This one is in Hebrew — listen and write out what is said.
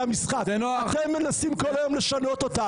המשחק אבל אתם מנסים כל היום לשנות אותם.